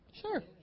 Sure